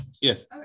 Yes